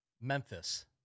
Memphis